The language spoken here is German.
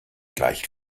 gleich